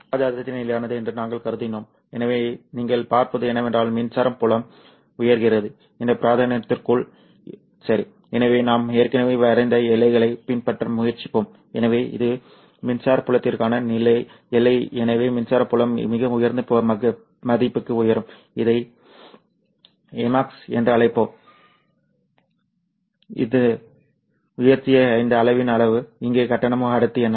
charge அடர்த்தி நிலையானது என்று நாங்கள் கருதினோம் எனவே நீங்கள் பார்ப்பது என்னவென்றால் மின்சார புலம் உயர்கிறது இந்த பிராந்தியங்களுக்குள் சரி எனவே நாம் ஏற்கனவே வரைந்த எல்லைகளை பின்பற்ற முயற்சிப்போம் எனவே இது மின்சார புலத்திற்கான எல்லை எனவே மின்சார புலம் மிக உயர்ந்த மதிப்புக்கு உயரும் இதை Emax எமாக்ஸ் என்று அழைப்போம் இது உயர்த்திய இந்த அளவின் அளவு இங்கே கட்டணம் அடர்த்தி என்ன